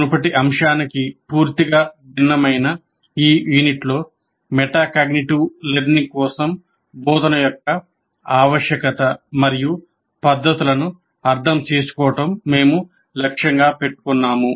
మునుపటి అంశానికి పూర్తిగా భిన్నమైన ఈ యూనిట్లో మెటాకాగ్నిటివ్ లెర్నింగ్ కోసం బోధన యొక్క ఆవశ్యకత మరియు పద్ధతులను అర్థం చేసుకోవడం మేము లక్ష్యంగా పెట్టుకున్నాము